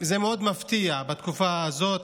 זה מאוד מפתיע בתקופה הזאת,